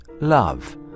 love